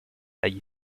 dagli